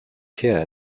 here